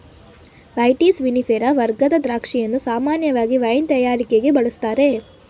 vitis vinifera ವರ್ಗದ ದ್ರಾಕ್ಷಿಯನ್ನು ಸಾಮಾನ್ಯವಾಗಿ ವೈನ್ ತಯಾರಿಕೆಗೆ ಬಳುಸ್ತಾರೆ